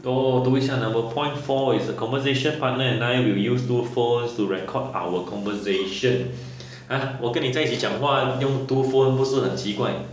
等我读一下 number point four is a conversation partner and I will use two phones to record our conversations !huh! 我跟你在一起讲话用 two phones 不是很奇怪